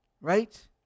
Right